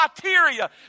criteria